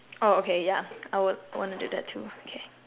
oh okay yeah I would want to do that too okay